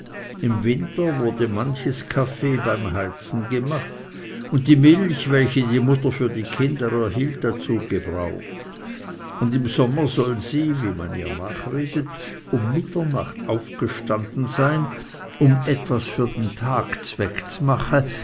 im winter wurde manches kaffee beim heizen gemacht und die milch welche die mutter für die kinder erhielt dazu gebraucht und im sommer soll sie wie man ihr nachredet um mitternacht aufgestanden sein um etwas für den tag z'weg z'mache